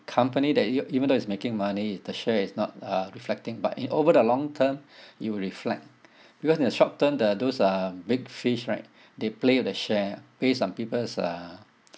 company that you even though it's making money if the share is not uh reflecting but in over the long term it will reflect because in a short turn the those um big fish right they play the share based on people's uh